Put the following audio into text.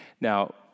Now